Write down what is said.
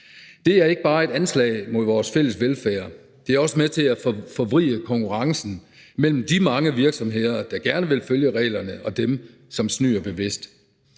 Det er ikke bare et anslag mod vores fælles velfærd, det er også med til at forvride konkurrencen mellem de mange virksomheder, der gerne vil følge reglerne, og dem, som snyder bevidst.